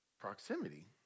Proximity